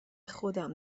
خودم